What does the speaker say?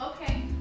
Okay